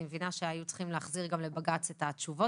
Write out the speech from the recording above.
אני מבינה שהיו צריכים להחזיר לבג"ץ את התשובות